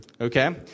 okay